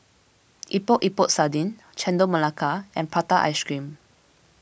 Epok Epok Sardin Chendol Melaka and Prata Ice Cream